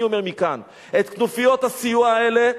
אני אומר מכאן: כנופיות הסיוע האלה,